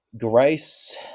Grace